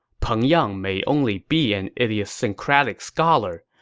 peng yang may only be an idiosyncratic scholar,